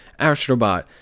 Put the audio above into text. astrobot